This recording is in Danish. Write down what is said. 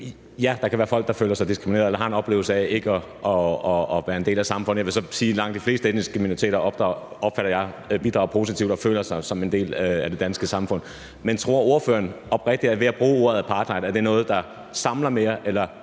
Ja, der kan være folk, der føler sig diskrimineret eller har en oplevelse af ikke at være en del af samfundet. Jeg vil så sige, at jeg opfatter det sådan, at langt de fleste etniske minoriteter bidrager positivt og føler sig som en del af det danske samfund. Men tror ordføreren oprigtigt, at det at bruge ordet apartheid samler mere end